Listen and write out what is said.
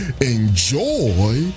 enjoy